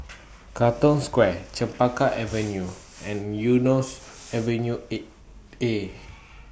Katong Square Chempaka Avenue and Eunos Avenue eight A